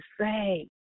say